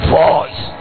voice